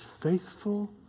faithful